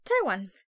Taiwan